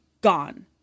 Gone